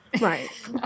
Right